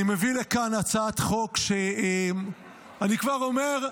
אני מביא לכאן הצעת חוק, שאני כבר אומר: